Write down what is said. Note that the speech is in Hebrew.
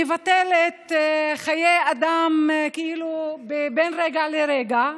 מבטלת חיי אדם כאילו מרגע לרגע,